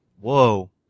Whoa